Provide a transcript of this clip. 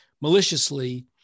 maliciously